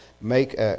make